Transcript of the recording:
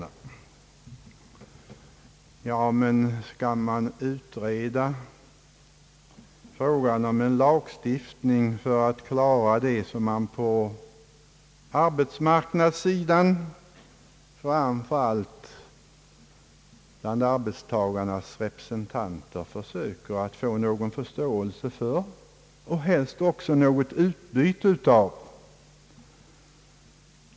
Herr Yngve Persson vill att man skall utreda frågan om en lagstiftning i syfte att klara av det som man på arbetsmarknaden, framför allt bland arbetstagarnas representanter, försöker att få någon förståelse för och helst något utbyte av.